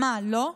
מה, לא?